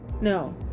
no